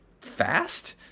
fast